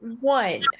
One